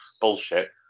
bullshit